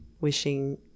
wishing